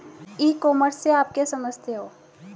ई commerce से आप क्या समझते हो?